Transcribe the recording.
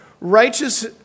Righteous